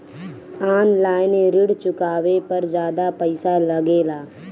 आन line ऋण चुकावे पर ज्यादा पईसा लगेला?